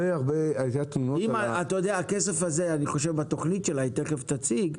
אני חושב שהתכנית שהיא תיכף תציג,